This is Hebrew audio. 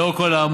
לאור כל האמור,